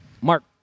Mark